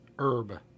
herb